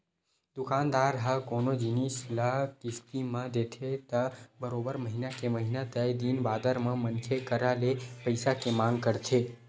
दुकानदार ह कोनो जिनिस ल किस्ती म देथे त बरोबर महिना के महिना तय दिन बादर म मनखे करा ले पइसा के मांग करथे